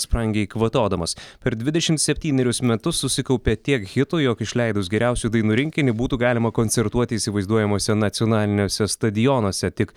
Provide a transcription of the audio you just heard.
sprangiai kvatodamas per dvidešimt septynerius metus susikaupė tiek hitų jog išleidus geriausių dainų rinkinį būtų galima koncertuoti įsivaizduojamuose nacionaliniuose stadionuose tik